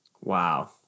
Wow